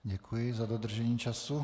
Děkuji za dodržení času.